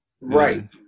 Right